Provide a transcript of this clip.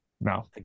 No